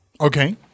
Okay